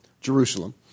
Jerusalem